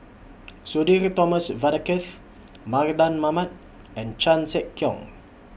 Sudhir Thomas Vadaketh Mardan Mamat and Chan Sek Keong